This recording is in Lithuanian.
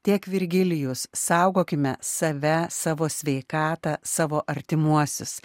tiek virgilijus saugokime save savo sveikatą savo artimuosius